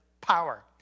power